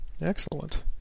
excellent